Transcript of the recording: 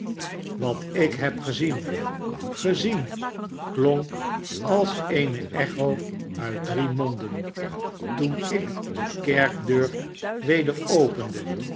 iwat ik heb gezien gezien klonk als eene echo uit drie monden toen ik de kerkdeur weder opende